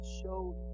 showed